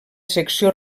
secció